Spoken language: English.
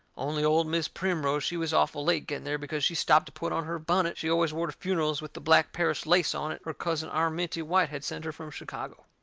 only old mis' primrose, she was awful late getting there because she stopped to put on her bunnet she always wore to funerals with the black paris lace on it her cousin arminty white had sent her from chicago.